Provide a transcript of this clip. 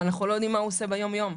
אבל אנחנו לא יודעים מה הוא עושה ביום יום.